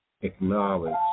acknowledge